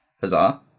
huzzah